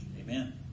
Amen